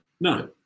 No